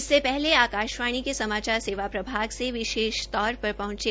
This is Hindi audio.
इससे पहले आकाशवाणी के समाचार सेवा प्रभाग से विशेष तौर पर पहंचे